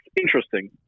interesting